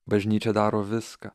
bažnyčia daro viską